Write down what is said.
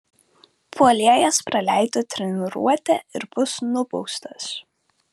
puolėjas praleido treniruotę ir bus nubaustas